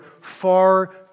far